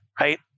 right